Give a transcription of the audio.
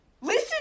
Listen